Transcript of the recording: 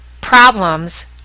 problems